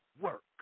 work